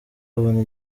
abona